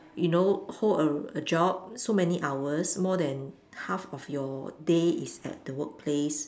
you know hold a a job so many hours more than half of your day is at the workplace